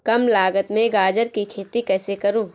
कम लागत में गाजर की खेती कैसे करूँ?